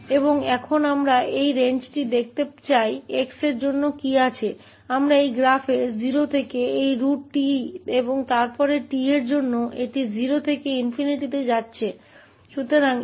और अब हम इस परास को देखना चाहते हैं x के लिए क्या है हम इस ग्राफ में 0 से इस √t में बदल रहे हैं और फिर t के लिए यह 0 से ∞ तक जा रहा है